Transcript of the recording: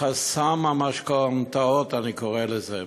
חסם המשכנתאות, אני קורא לזה.